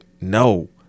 no